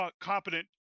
competent